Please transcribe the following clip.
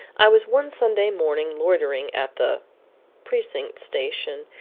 i was one sunday morning loitering at the precinct station,